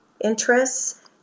interests